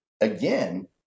again